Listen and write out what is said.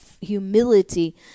humility